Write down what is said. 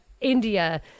India